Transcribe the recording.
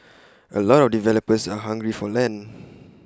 A lot of developers are hungry for land